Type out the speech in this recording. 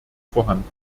vorhanden